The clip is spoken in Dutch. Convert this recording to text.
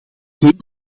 denk